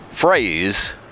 phrase